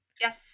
Yes